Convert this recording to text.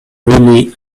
really